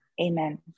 Amen